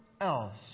else